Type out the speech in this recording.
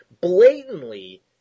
blatantly